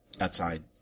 outside